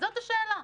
זאת השאלה.